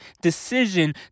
decision